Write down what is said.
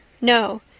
No